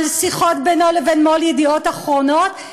שיחות בינו לבין מו"ל "ידיעות אחרונות",